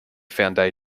fountain